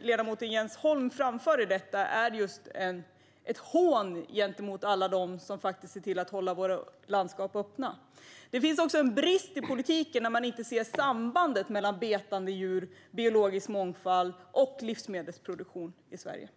ledamoten Jens Holm framför i detta är ett hån gentemot alla dem som ser till att hålla våra landskap öppna. Det finns en brist i politiken när man inte ser sambandet mellan betande djur, biologisk mångfald och livsmedelsproduktion i Sverige.